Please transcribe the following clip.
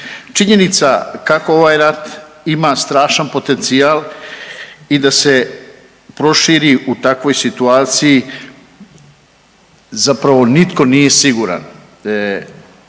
Činjenica kako ovaj rat ima strašan potencijal i da se proširi u takvoj situaciji zapravo nitko nije siguran.